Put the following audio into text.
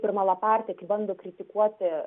ir malapartė kada bando kritikuoti